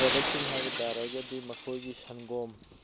ꯄ꯭ꯔꯗꯛꯁꯤꯡ ꯍꯥꯏꯕ ꯇꯥꯔꯒꯗꯤ ꯃꯈꯣꯏꯒꯤ ꯁꯪꯒꯣꯝ